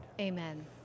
Amen